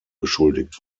beschuldigt